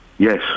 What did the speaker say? Yes